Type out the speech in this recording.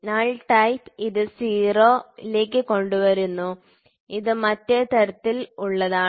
null type ഇത് 0 ലേക്ക് കൊണ്ടുവരുന്നു ഇത് മറ്റേ തരത്തിൽ ഉള്ളതാണ്